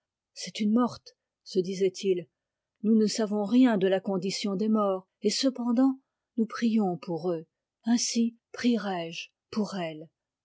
c'est une morte se disait-il nous ne savons rien de la condition des morts et cependant nous prions pour eux ainsi prierai je pour elle